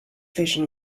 vision